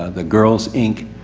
the girls inc,